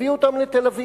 הביאו אותם לתל-אביב,